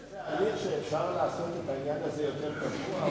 יש איזה הליך שאפשר לעשות את ההליך הזה יותר קבוע?